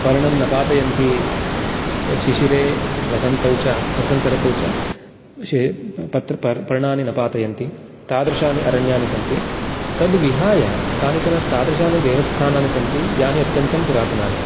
पर्णं न पातयन्ति शिशिरे वसन्तौ च वसन्तऋतौ च विषये पत्र पर्णानि न पातयन्ति तादृशानि अरण्यानि सन्ति तद्विहाय कानिचन तादृशानि देवस्थानानि सन्ति यानि अत्यन्तं पुरातनानि